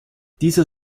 dieser